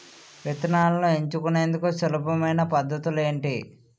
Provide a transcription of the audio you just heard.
విత్తనాలను ఎంచుకునేందుకు సులభమైన పద్ధతులు ఏంటి?